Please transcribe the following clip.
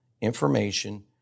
information